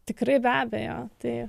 tikrai be abejo tai